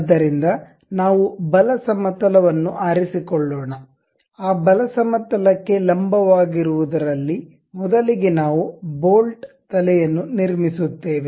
ಆದ್ದರಿಂದ ನಾವು ಬಲ ಸಮತಲವನ್ನು ಆರಿಸಿಕೊಳ್ಳೋಣ ಆ ಬಲ ಸಮತಲ ಕ್ಕೆ ಲಂಬವಾಗಿರುವದರಲ್ಲಿ ಮೊದಲಿಗೆ ನಾವು ಬೋಲ್ಟ್ನ ತಲೆಯನ್ನು ನಿರ್ಮಿಸುತ್ತೇವೆ